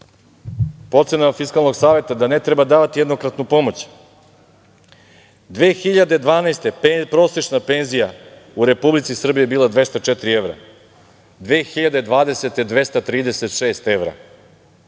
Po ocenama Fiskalnog saveta da ne treba davati jednokratnu pomoć. Godine 2012. prosečna penzija u Republici Srbiji bila je 204 evra, 2020. godine 236 evra,